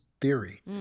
theory